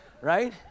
right